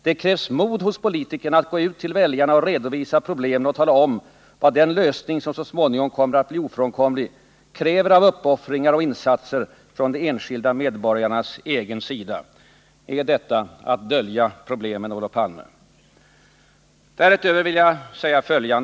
Det krävs mod hos politikerna att gå ut till väljarna och redovisa problemen och tala om vad den lösning som så småningom kommer att bli ofrånkomlig kräver av uppoffringar och insatser från de enskilda medborgarnas egen sida.” Är detta att dölja problemen, Olof Palme?